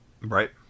Right